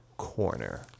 Corner